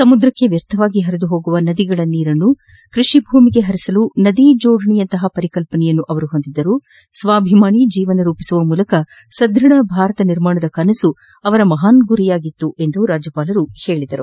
ಸಮುದ್ರಕ್ಕೆ ವ್ಯರ್ಥವಾಗಿ ಹರಿದು ಹೋಗುವ ನದಿಗಳ ನೀರನ್ನು ರೈತರ ಕೃಷಿ ಭೂಮಿಗೆ ಹರಿಸಲು ನದಿ ಜೋಡಣೆಯಂತಹ ಪರಿಕಲ್ವನೆ ಹೊಂದಿದ್ದರು ಸ್ವಾಭಿಮಾನಿ ಜೀವನ ರೂಪಿಸುವ ಮೂಲಕ ಸದೃಢ ಭಾರತ ನಿರ್ಮಾಣದ ಕನಸು ಅವರ ಮಹಾನ್ ಗುರಿಯಾಗಿತ್ತು ಎಂದು ರಾಜ್ಯಪಾಲ ವಜುಭಾಯಿ ವಾಲಾ ಹೇಳಿದರು